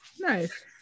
Nice